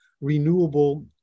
renewable